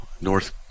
north